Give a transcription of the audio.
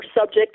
subject